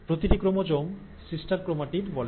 প্রতিটি chromosome sister chromatid বলে